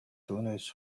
түүнээс